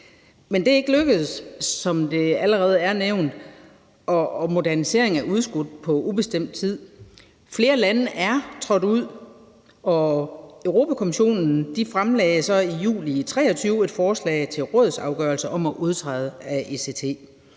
er det ikke lykkedes, og moderniseringen er udskudt på ubestemt tid. Flere lande er trådt ud, og Europa-Kommissionen fremlagde så i juni 2023 et forslag til rådsafgørelse om at udtræde af ECT.